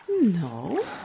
No